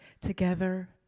together